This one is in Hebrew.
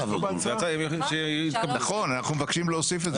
נכון, אנחנו מבקשים להוסיף את זה.